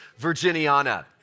virginiana